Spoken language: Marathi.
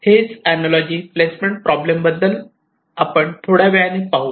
हेच अनालॉजी प्लेसमेंट प्रॉब्लेम बद्दल आपण थोड्या वेळाने पाहू